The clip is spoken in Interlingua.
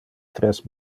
tres